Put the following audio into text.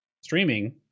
streaming